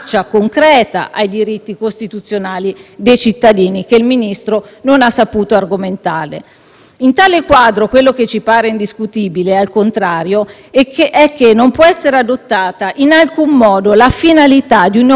In tale quadro quello che ci pare indiscutibile, al contrario, è che non può essere adottata in alcun modo la finalità di un obiettivo politico di governo e di attuazione di impegni del contratto di maggioranza,